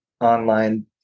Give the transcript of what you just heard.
online